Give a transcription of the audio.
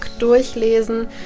durchlesen